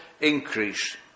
increase